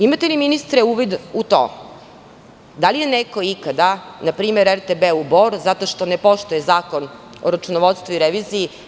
Imate li, ministre uvid u to, da li je neko ikada napisao prekršajnu kaznu npr. RTB Bor, zato što ne poštuje Zakon o računovodstvu i reviziji?